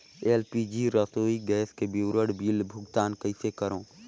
LPG रसोई gas के विवरण बिल भुगतान कइसे करों?